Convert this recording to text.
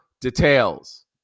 details